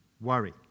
worry